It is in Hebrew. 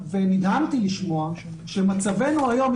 ונדהמתי לשמוע שמצבנו היום,